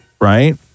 right